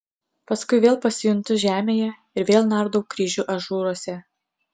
paskui vėl pasijuntu žemėje ir vėl nardau kryžių ažūruose